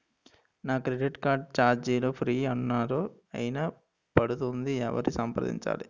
నా credit card ఛార్జీలు free అన్నారు అయినా పడుతుంది ఎవరిని సంప్రదించాలి?